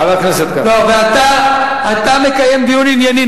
אתה מקיים דיון ענייני,